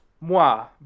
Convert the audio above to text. moi